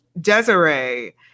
Desiree